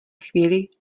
chvíli